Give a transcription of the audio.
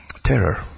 Terror